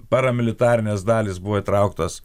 paramilitarinės dalys buvo įtrauktas